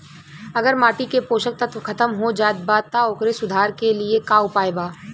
अगर माटी के पोषक तत्व खत्म हो जात बा त ओकरे सुधार के लिए का उपाय बा?